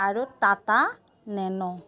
আৰু টাটা নেন'